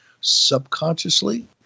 Subconsciously